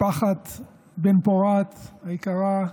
משפחת בן-פורת היקרה,